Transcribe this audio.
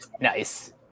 Nice